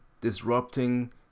disrupting